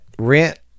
Rent